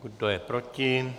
Kdo je proti?